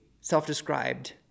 self-described